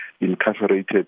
incarcerated